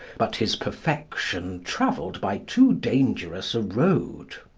but his perfection travelled by too dangerous a road.